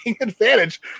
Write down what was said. advantage